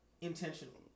intentionally